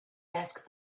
asked